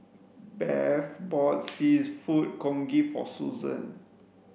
Beth bought seafood congee for Susann